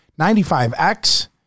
95X